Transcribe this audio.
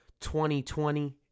2020